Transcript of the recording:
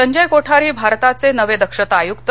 संजय कोठारी भारताचे नवे दक्षता आयुक्त